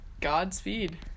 Godspeed